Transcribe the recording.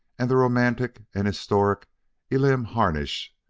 and the romantic and historic elam harnish,